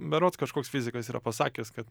berods kažkoks fizikas yra pasakęs kad